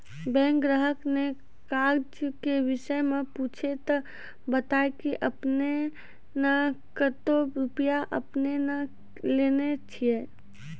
Bank ग्राहक ने काज के विषय मे पुछे ते बता की आपने ने कतो रुपिया आपने ने लेने छिए?